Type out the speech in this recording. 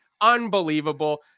Unbelievable